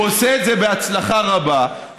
הוא עושה את זה בהצלחה רבה.